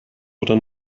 oder